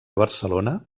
barcelona